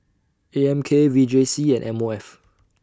A M K V J C and M O F